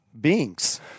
beings